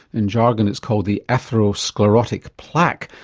in jargon it's called the atherosclerotic plaque,